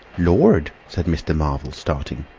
lord! said mr. marvel, starting.